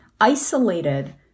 isolated